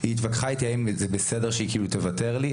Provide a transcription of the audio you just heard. היא התווכחה איתי האם זה בסדר שהיא תוותר לי?